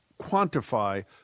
quantify